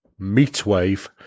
Meatwave